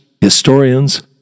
historians